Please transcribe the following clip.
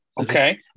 Okay